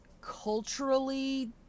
culturally